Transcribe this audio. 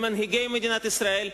למנהיגי מדינת ישראל,